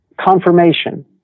confirmation